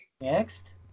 Next